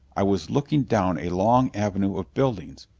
i was looking down a long avenue of buildings,